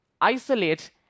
isolate